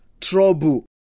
trouble